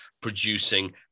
producing